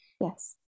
yes